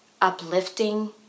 uplifting